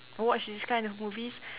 watch this kind of movies